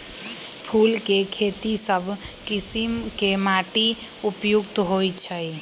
फूल के खेती सभ किशिम के माटी उपयुक्त होइ छइ